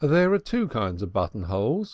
there are two kinds of buttonhole